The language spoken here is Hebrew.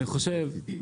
אם אתם שמים לב,